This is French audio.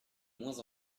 moins